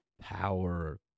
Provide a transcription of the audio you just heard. power